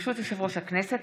ברשות יושב-ראש הכנסת,